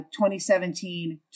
2017